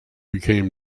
became